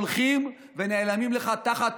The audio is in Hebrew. הולכים ונעלמים לך תחת